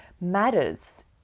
matters